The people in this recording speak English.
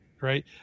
Right